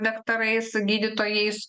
daktarais gydytojais